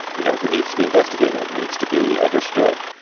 you know, but needs to be investigated, needs to be understood.